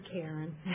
Karen